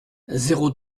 zéro